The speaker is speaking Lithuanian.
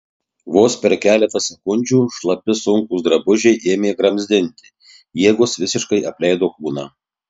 vos per keletą sekundžių šlapi sunkūs drabužiai ėmė gramzdinti jėgos visiškai apleido kūną